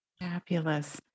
Fabulous